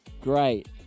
Great